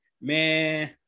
man